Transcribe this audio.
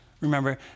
remember